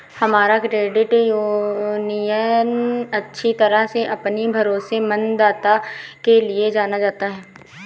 हमारा credit union अच्छी तरह से अपनी भरोसेमंदता के लिए जाना जाता है